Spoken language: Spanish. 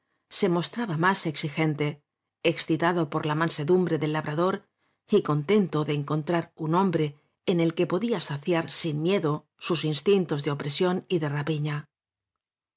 se mostraba más exigente excitado por la mansedumbre del lábrador y contento de encontrar un hombre en el que podía saciar sin miedo sus instintos de opresión y de rapiña